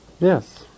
Yes